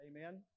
Amen